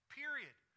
period